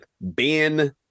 ben